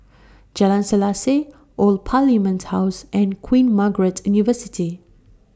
Jalan Selaseh Old Parliament House and Queen Margaret University